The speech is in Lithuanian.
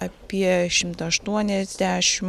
apie šimtą aštuoniasdešim